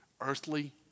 Earthly